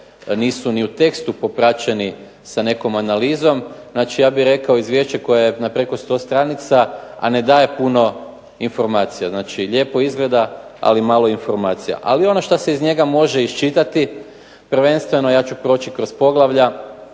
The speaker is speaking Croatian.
nisu ni u tekstu popraćeni sa nekom analizom, znači ja bih rekao izvješće koje je na preko 100 stranica, a ne daje puno informacija, znači lijepo izgleda ali malo informacija. Ali ono što se iz njega može iščitati, prvenstveno ja ću proći kroz poglavlja